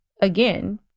again